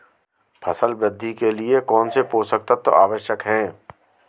फसल वृद्धि के लिए कौनसे पोषक तत्व आवश्यक हैं?